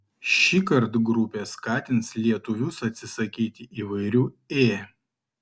šįkart grupė skatins lietuvius atsisakyti įvairių ė